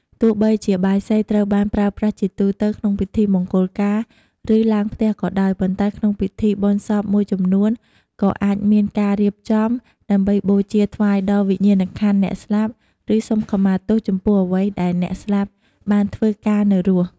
ទោះបីជាបាយសីត្រូវបានប្រើប្រាស់ជាទូទៅក្នុងពិធីមង្គលការ ឬឡើងផ្ទះក៏ដោយ ប៉ុន្តែក្នុងពិធីបុណ្យសពមួយចំនួន ក៏អាចមានការរៀបចំ ដើម្បីបូជាថ្វាយដល់វិញ្ញាណក្ខន្ធអ្នកស្លាប់ ឬសុំខមាទោសចំពោះអ្វីដែលអ្នកស្លាប់បានធ្វើកាលនៅរស់។